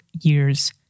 years